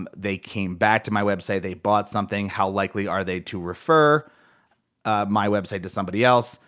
um they came back to my website, they bought something. how likely are they to refer my website to somebody else?